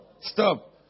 Stop